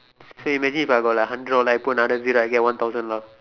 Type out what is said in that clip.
so imagine if I got like hundred I'll put another zero I get one thousand lah